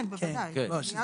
כן, בוודאי, מיד נגיע להתאמות.